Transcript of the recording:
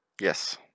Yes